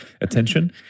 attention